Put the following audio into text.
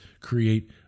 create